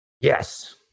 Yes